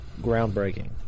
groundbreaking